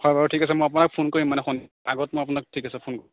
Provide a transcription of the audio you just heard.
হয় বাৰু ঠিক আছে মই আপোনাক ফোন কৰিম মানে সন্ধিয়া আগত মই আপোনাক ঠিক আছে ফোন